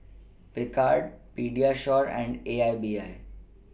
Picard Pediasure and A I B I